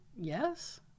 Yes